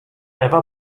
ewa